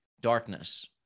darkness